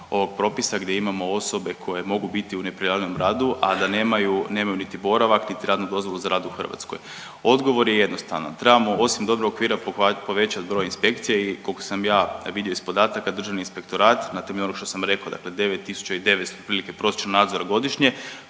ovog propisa gdje imamo osobe koje mogu biti u neprijavljenom radu, a da nemaju, nemaju niti boravak, niti radnu dozvolu za rad u Hrvatskoj. Odgovor je jednostavan, trebamo osim dobrog okvira povećat broj inspekcija i koliko sam ja vidio iz podataka državni inspektorat na temelju onog što sam rekao, dakle 9 tisuća i 900 otprilike prosječno nadzora godišnje